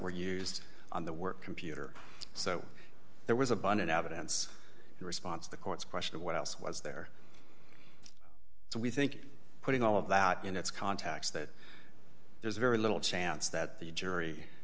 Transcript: were used on the work computer so there was abundant evidence in response to the court's question of what else was there so we think putting all of that in its contacts that there's very little chance that the jury